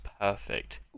perfect